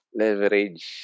leverage